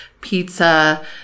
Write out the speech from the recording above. pizza